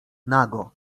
nago